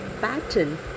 pattern